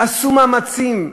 עשו מאמצים,